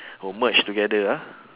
oh merge together ah